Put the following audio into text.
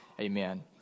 Amen